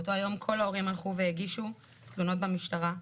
באותו היום כל ההורים הלכו והגישו תלונות במשטרה,